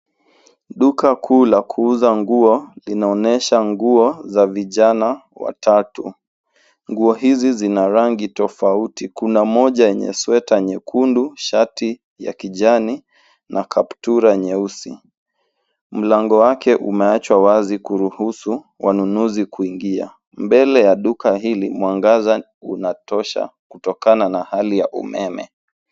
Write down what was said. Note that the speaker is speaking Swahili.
Duka kuu la kuuza nguo linaonyesha nguo za vijana watatu. Nguo hizi zina rangi tofauti; kuna moja yenye sweta nyekundu, shati ya kijani na kaptula nyeusi. Mlango wake umeachwa wazi kuruhusu wanunuzi kuingia. Mbele ya duka hili mwangaza unatosha kutokana na hali ya umeme.